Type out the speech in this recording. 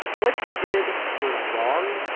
what he did was wrong,